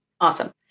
awesome